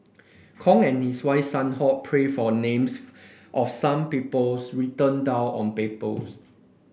Kong and his wife Sun Ho prayed for names of some peoples written down on papers